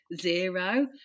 zero